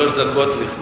שלוש דקות לכבודו.